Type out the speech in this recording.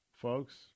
Folks